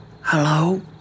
Hello